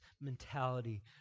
mentality